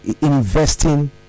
investing